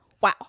wow